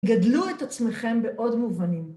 גדלו את עצמכם בעוד מובנים.